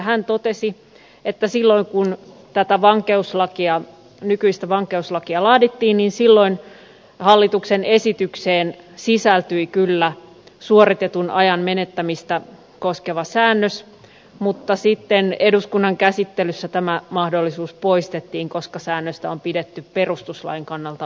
hän totesi että silloin kun tätä nykyistä vankeuslakia laadittiin hallituksen esitykseen sisältyi kyllä suoritetun ajan menettämistä koskeva säännös mutta sitten eduskunnan käsittelyssä tämä mahdollisuus poistettiin koska säännöstä on pidetty perustuslain kannalta ongelmallisena